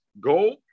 go